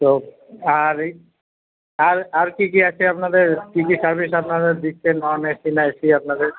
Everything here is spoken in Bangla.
তো আর এই আর আর কি কি আছে আপনাদের কি কি সার্ভিস আপনারা দিচ্ছেন নন এসি না এসি আপনাদের